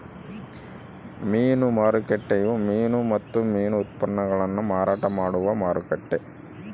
ಮೀನು ಮಾರುಕಟ್ಟೆಯು ಮೀನು ಮತ್ತು ಮೀನು ಉತ್ಪನ್ನಗುಳ್ನ ಮಾರಾಟ ಮಾಡುವ ಮಾರುಕಟ್ಟೆ